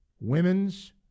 Women's